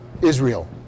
Israel